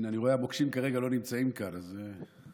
אני רואה שהמוקשים לא נמצאים כאן כרגע